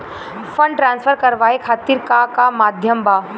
Fund transfer करवाये खातीर का का माध्यम बा?